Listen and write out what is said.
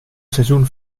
seizoen